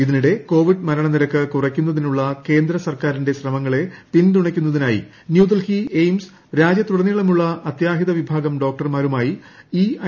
ഇതിനിടെ കോവിഡ്മരണനിരക്ക് കുറയ്ക്കുന്നതിനുള്ള കേന്ദ്ര സർക്കാരിന്റെ ശ്രമങ്ങളെ പിന്തുണയ്ക്കുന്നതിനായി ന്യൂഡൽഹി എയിംസ് രാജ്യത്തുടനീളമുള്ള അത്യാഹിതവിഭാഗം ഡോക്ടർമാരുമായി ഇ ഐ